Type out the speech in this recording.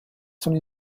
sono